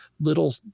little